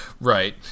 Right